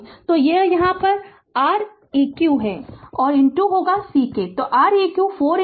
तो यह यहाँ Req है c तो Req 4 C 01 है इसलिए 04 सेकेंड दाएं